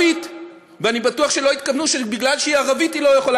היא לא תהיה דמוקרטית,